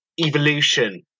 evolution